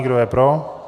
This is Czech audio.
Kdo je pro?